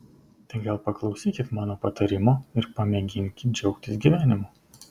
tai gal paklausykit mano patarimo ir pamėginkit džiaugtis gyvenimu